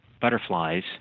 butterflies